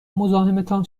مزاحمتان